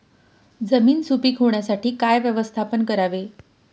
जमीन सुपीक होण्यासाठी काय व्यवस्थापन करावे?